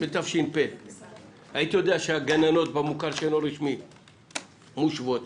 בתש"פ הייתי יודע שהגננות במוכר שאינו רשמי מושוות,